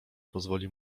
pozwoli